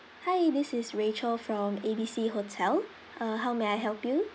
hi this is rachel from A B C hotel uh how may I help you